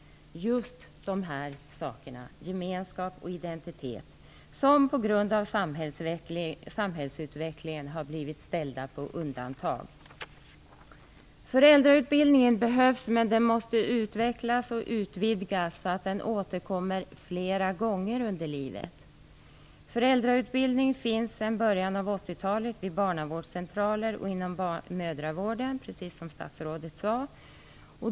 Just de sakerna, gemenskap och identitet, har på grund av samhällsutvecklingen satts på undantag. Föräldrautbildningen behövs, men den måste utvecklas och utvidgas så att den återkommer flera gånger under livet. Föräldrautbildning finns sedan början av 80-talet vid barnavårdscentraler och inom mödravården, precis som statsrådet sade.